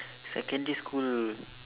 secondary school